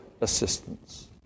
assistance